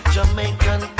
Jamaican